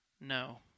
No